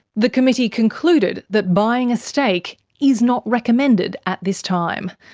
the committee concluded that buying a stake is not recommended at this time.